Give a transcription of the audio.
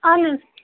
اہن حظ